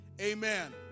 Amen